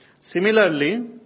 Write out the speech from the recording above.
Similarly